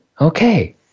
okay